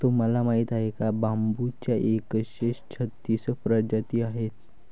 तुम्हाला माहीत आहे का बांबूच्या एकशे छत्तीस प्रजाती आहेत